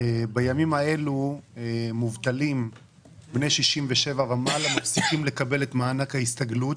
בימים האלו מובטלים בני 67 ומעלה מפסיקים לקבל את מענק ההסתגלות.